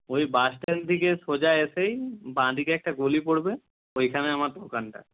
ওই স্ট্যান্ড থেকে সোজা এসেই বাঁদিকে একটা গলি পড়বে ওইখানে আমার দোকানটা